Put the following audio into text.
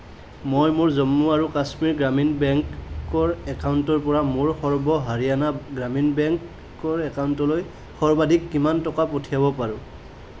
মই মোৰ জম্মু আৰু কাশ্মীৰ গ্ৰামীণ বেংকৰ একাউণ্টৰ পৰা মোৰ সৰ্ব হাৰিয়ানা গ্ৰামীণ বেংকৰ একাউণ্টলৈ সৰ্বাধিক কিমান টকা পঠিয়াব পাৰোঁ